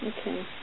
Okay